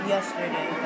Yesterday